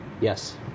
Yes